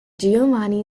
giovanni